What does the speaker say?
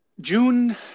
June